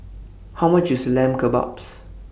How much IS Lamb Kebabs